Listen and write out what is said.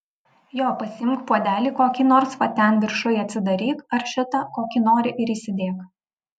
jo pasiimk puodelį kokį nors va ten viršuj atsidaryk ar šitą kokį nori ir įsidėk